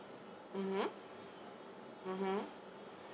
(uh huh) (uh huh)